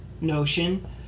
notion